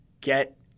get